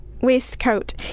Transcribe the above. waistcoat